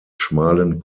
schmalen